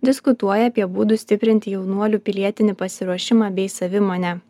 diskutuoja apie būdus stiprinti jaunuolių pilietinį pasiruošimą bei savimonę